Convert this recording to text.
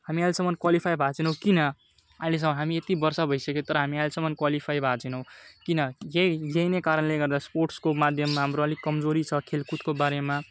हामी अहिलेसम्म क्वालिफाई भएको छैनौँ किन अहिलेसम्म हामी यति वर्ष भइसक्यो तर हामी अहिलेसम्म क्वालिफाई भएको छैनौँ किन यही यही नै कारणले गर्दा स्पोर्टसको माध्यममा हाम्रो अलिक कमजोरी छ खेलकुदको बारेमा